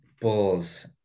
Bulls